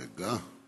רגע.